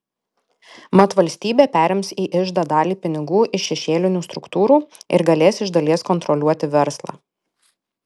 mat valstybė perims į iždą dalį pinigų iš šešėlinių struktūrų ir galės iš dalies kontroliuoti verslą